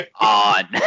on